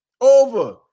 over